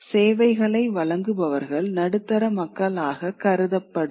சேவைகளை வழங்குபவர்கள் நடுத்தர மக்களாக கருதப்படுவர்